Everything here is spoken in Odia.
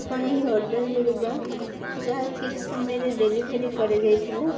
ଆପଣ ଏହି ଅର୍ଡ଼ର୍ ମିଳିବା ଯାହା ଠିକ୍ ସମୟରେ ଡେଲିଭରି କରାଯାଇଥିଲା